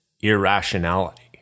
irrationality